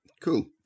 Cool